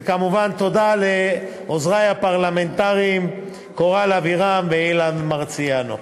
וכמובן תודה לעוזרי הפרלמנטריים קורל אבירם ואילן מרסיאנו.